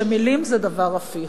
שמלים זה דבר הפיך.